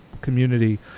community